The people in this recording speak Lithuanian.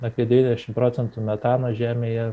apie devyniasdešimt procentų metano žemėje